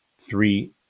three